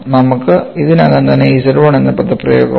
നമുക്ക് ഇതിനകം തന്നെ Z 1 എന്ന പദപ്രയോഗമുണ്ട്